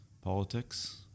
politics